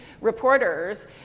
reporters